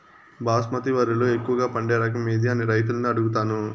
బాస్మతి వరిలో ఎక్కువగా పండే రకం ఏది అని రైతులను అడుగుతాను?